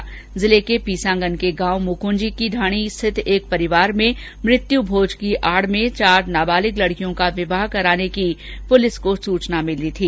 अजमेर जिले के पीसांगन के गांव मुकृंजी की ढाणी स्थित एक परिवार में मुत्य भोज की आड में चार नाबालिग लडकियों का विवाह कराने की पुलिस को सूचना मिली थी